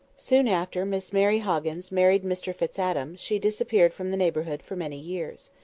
soon after miss mary hoggins married mr fitz-adam, she disappeared from the neighbourhood for many years.